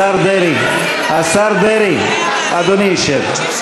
השר דרעי, השר דרעי, אדוני ישב.